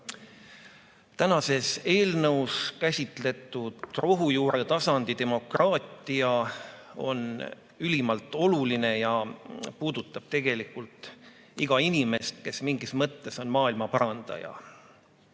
Tänases eelnõus käsitletud rohujuuretasandi demokraatia on ülimalt oluline ja puudutab tegelikult igat inimest, kes mingis mõttes on maailmaparandaja.